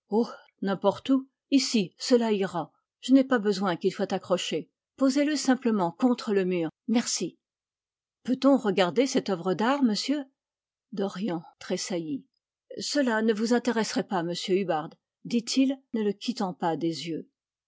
n'importe où ici cela ira je n'ai pas besoin qu'il soit accroché posez le simplement contre le mur merci peut-on regarder cette œuvre d'art monsieur dorian tressaillit gela ne vous intéresserait pas monsieur hub bard dit-il ne le quittant pas des yeux